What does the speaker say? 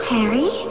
Harry